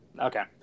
okay